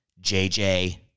JJ